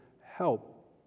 help